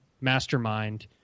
mastermind